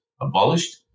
abolished